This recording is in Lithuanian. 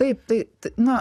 taip tai na